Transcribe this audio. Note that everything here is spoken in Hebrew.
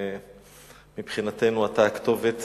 ומבחינתנו אתה הכתובת